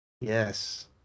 Yes